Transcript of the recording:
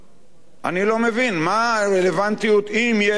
אני לא מבין מה הרלוונטיות, אם יש עניין